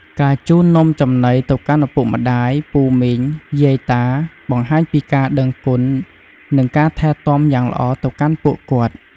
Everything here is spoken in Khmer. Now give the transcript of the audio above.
ការជូននំចំណីទៅកាន់ឪពុកម្ដាយ ពូមីង យាយតា បង្ហាញពីការដឹងគុណ និងថែទាំយ៉ាងល្អទៅកាន់ពួកគាត់។